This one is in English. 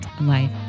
life